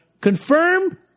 Confirm